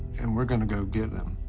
and we're gonna go get them.